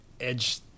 edge